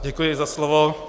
Děkuji za slovo.